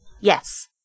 Yes